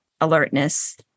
alertness